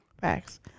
Facts